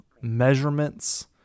measurements